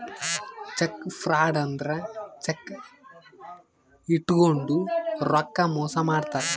check fraud ಅಂದ್ರ cheque ಇಟ್ಕೊಂಡು ರೊಕ್ಕ ಮೋಸ ಮಾಡ್ತಾರ